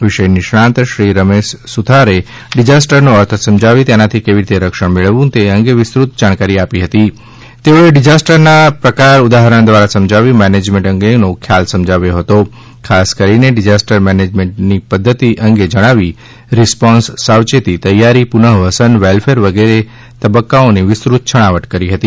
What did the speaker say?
વિષય નિષ્ણાત શ્રી રમેશ સુથારે ડિજાસ્ટર નો અર્થ સમજાવી તેનાથી કેવી રીતે રક્ષણ મેળવવું તે અંગે વિસ્તૃત જાણકારી આપી હતી તેઓએ ડિજાસ્ટરના પ્રકાર ઉદાહરણ દ્વારા સમજાવી મેનેજમેંટ અંગે નો ખ્યાલ સમજાવ્યો હતો ખાસ કરીને ડિજાસ્ટર મેનેજમેંટની પદ્ધતી અંગે જણાવી રિસ્પોસન સાવચેતી તૈયારી પુનવસન વેલફેર વગેરે તબક્કાઓ ની વિસ્તૃત છણાવટ કરી હતી